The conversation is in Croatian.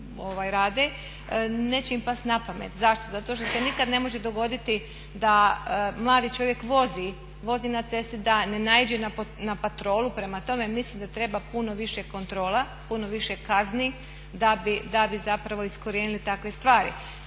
neće im pasti na pamet. Zašto? Zato što se nikada ne može dogoditi da mladi čovjek vozi na cesti da ne naiđe na patrolu. Prema tome mislim da treba puno više patrola, puno više kazni da bi zapravo iskorijenili takve stvari.